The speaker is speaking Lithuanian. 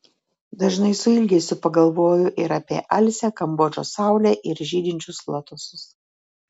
dažnai su ilgesiu pagalvoju ir apie alsią kambodžos saulę ir žydinčius lotosus